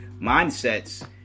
mindsets